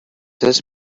his